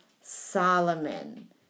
Solomon